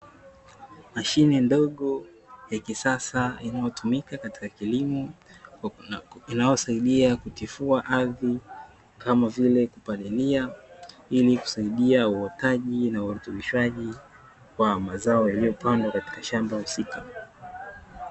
Mashine ndogo ya kisasa inayotumika katika kilimo inayosaidia kutifua ardhi kama vile kupalilia, ili kusaidia uotaji na urutubishwaji kwa mazao yaliyopandwa katika shamba husika.